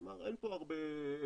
כלומר אין פה הרבה הבדל.